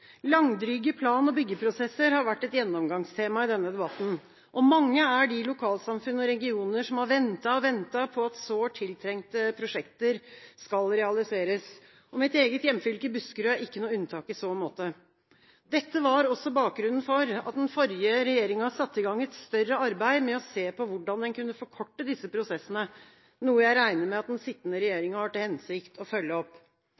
lokalsamfunn og regioner som har ventet og ventet på at sårt tiltrengte prosjekter skal realiseres. Mitt eget hjemfylke, Buskerud, er ikke noe unntak i så måte. Dette var også bakgrunnen for at den forrige regjeringa satte i gang et større arbeid med å se på hvordan en kunne forkorte disse prosessene, noe jeg regner med at den sittende regjering har til hensikt å følge opp.